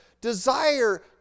desire